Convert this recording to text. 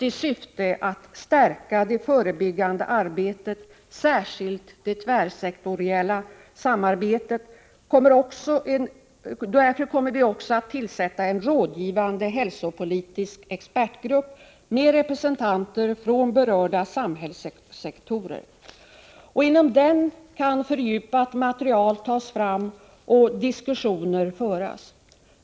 I syfte att stärka det förebyggande arbetet, särskilt det tvärsektoriella samarbetet, kommer vi också att tillsätta en rådgivande hälsopolitisk expertgrupp med representanter från berörda samhällssektorer. Inom denna kan fördjupat material tas fram och diskussioner föras.